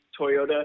Toyota